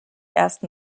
ersten